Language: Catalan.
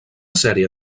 sèrie